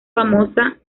famosa